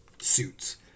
suits